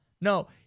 No